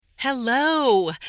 Hello